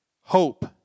Hope